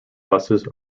buses